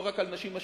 לא רק עשירות.